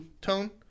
tone